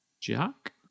Jack